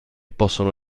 possono